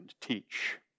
teach